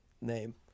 name